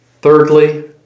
Thirdly